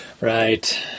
Right